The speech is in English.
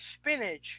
spinach